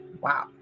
wow